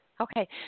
Okay